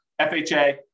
FHA